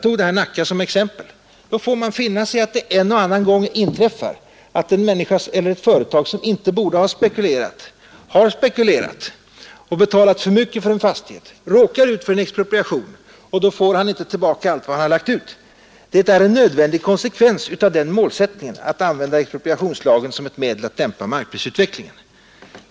I så fall får man finna sig i att det en och annan gång inträffar att en person — eller ett företag — som inte borde ha spekulerat men har spekulerat och betalat för mycket för en fastighet, råkar ut för expropriation och inte får tillbaka allt vad han har lagt ut. Det är en nödvändig konsekvens av målsättningen att använda expropriationslagen som ett medel att dämpa markprisutvecklingen.